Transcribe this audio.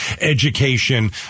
education